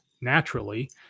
Naturally